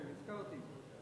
כן, הזכרתי את זה.